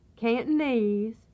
Cantonese